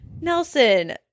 Nelson